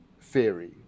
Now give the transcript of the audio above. theory